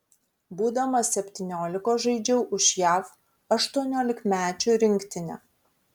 būdamas septyniolikos žaidžiau už jav aštuoniolikmečių rinktinę